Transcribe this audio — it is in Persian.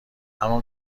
همان